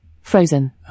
Frozen